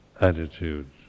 attitude